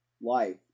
life